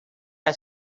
are